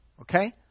okay